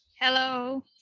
Hello